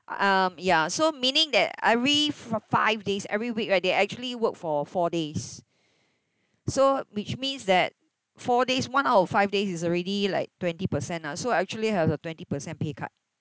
um ya so meaning that every f~ five days every week right they actually worked for four days so which means that four days one out of five days is already like twenty percent lah so I actually had a twenty percent pay cut